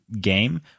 game